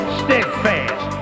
steadfast